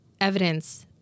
evidence